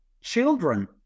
children